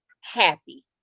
happy